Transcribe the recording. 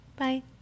Bye